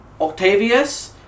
Octavius